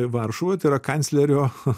varšuvoj tai yra kanclerio